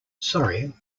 sorry